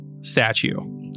statue